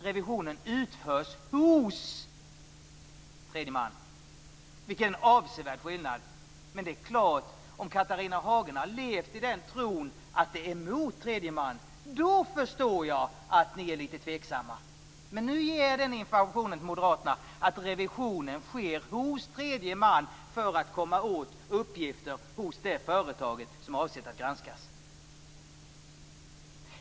Revisionen utförs hos tredje man. Vilken avsevärd skillnad! Om Catharina Hagen har levt i tron att revisionerna sker mot tredje man förstår jag att ni är lite tveksamma, men nu ger jag moderaterna informationen att revisionen sker hos tredje man för att man skall komma åt uppgifter hos det företag som är avsett att granskas.